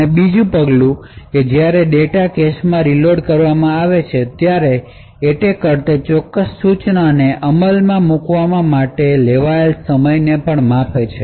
અને બીજા પગલા કે જ્યારે ડેટા કેશમાં રીલોડ કરવામાં આવે છે ત્યારે એટેકર તે ચોક્કસ સૂચનાને અમલમાં મૂકવા માટે લેવાયેલા સમયને પણ માપે છે